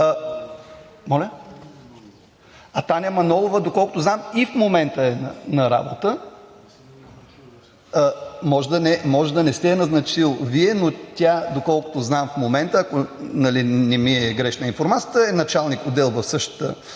А Таня Манолова, доколкото знам, и в момента е на работа. Може да не сте я назначил Вие, но тя, доколкото знам в момента, ако не ми е грешна информацията, е началник-отдел в същата